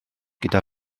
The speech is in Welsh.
gyda